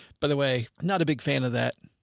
by the way, not a big fan of that.